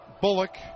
Bullock